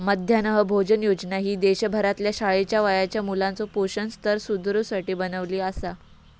मध्यान्ह भोजन योजना ही देशभरातल्या शाळेच्या वयाच्या मुलाचो पोषण स्तर सुधारुसाठी बनवली आसा